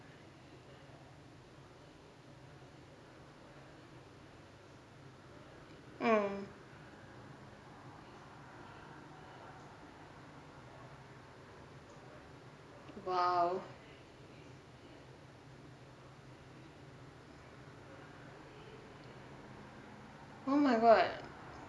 mm !wow!